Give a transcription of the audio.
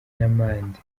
n’amande